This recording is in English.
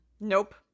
nope